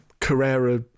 Carrera